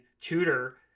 tutor